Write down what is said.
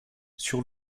sur